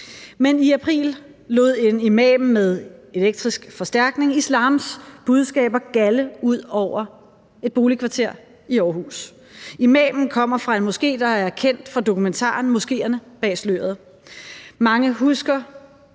men i april lod en imam med elektrisk forstærkning islams budskaber gjalde ud over et boligkvarter i Aarhus. Imamen kommer fra en moské, der er kendt fra dokumentaren »Moskeerne bag sløret«. Mange husker